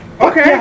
Okay